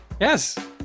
Yes